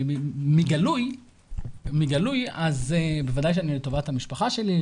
בגלוי בוודאי שאני לטובת המשפחה שלי,